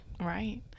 Right